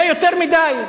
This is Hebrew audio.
זה יותר מדי.